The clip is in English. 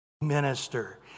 minister